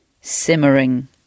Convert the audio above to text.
simmering